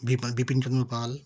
বিপা Bipin Chandra Pal